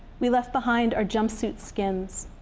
we left behind our jumpsuit skins.